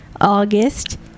August